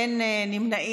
(אזור מוגבל),